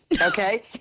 Okay